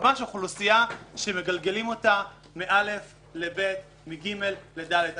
אוכלוסייה שמגלגלים אותה מ-א' ל-ב', מ-ג' ל-ד'.